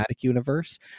Universe